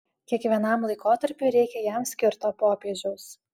kiekvienam laikotarpiui reikia jam skirto popiežiaus